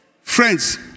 Friends